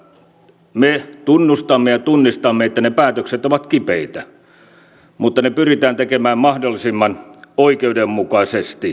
me tunnustamme ja tunnistamme että ne päätökset ovat kipeitä mutta ne pyritään tekemään mahdollisimman oikeudenmukaisesti